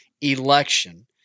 election